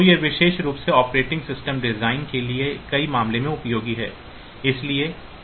तो यह विशेष रूप से ऑपरेटिंग सिस्टम डिज़ाइन के लिए कई मामलों में उपयोगी है